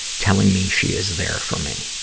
telling me she is there for me.